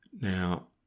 Now